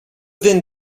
then